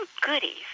goodies